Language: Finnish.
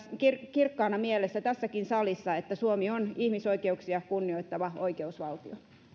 kirkkaana mielessä tässäkin salissa että suomi on ihmisoikeuksia kunnioittava oikeusvaltio